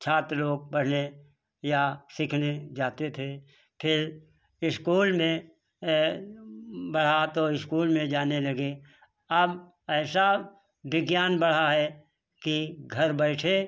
छात्र लोग पढ़ने या सीखने जाते थे फिर इस्कूल में बढ़ा तो इस्कूल में जाने लगे अब ऐसा विज्ञान बढ़ा है कि घर बैठे